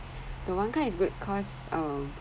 the one card is good cause um